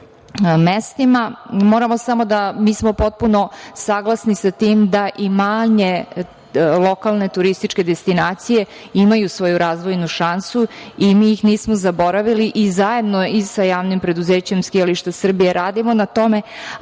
mestima, mi smo potpuno saglasni sa tim da i manje lokalne turističke destinacije imaju svoju razvojnu šansu i mi ih nismo zaboravili i zajedno i sa Javnim preduzećem „Skijališta Srbije“ radimo na tome,